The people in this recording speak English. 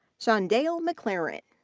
shawndail mclaren.